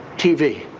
tv.